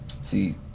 See